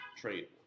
trade